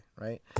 right